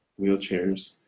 wheelchairs